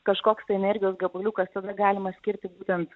kažkoks tai energijos gabaliukas tada galima skirti būtent